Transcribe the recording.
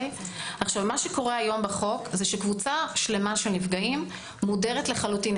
כיום בחוק קבוצה שלמה של נפגעים מודרת לחלוטין.